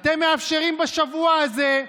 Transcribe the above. אתם מאפשרים, בשבוע הזה,